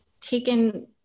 taken